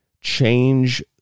change